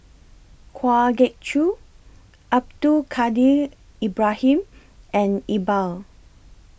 Kwa Geok Choo Abdul Kadir Ibrahim and Iqbal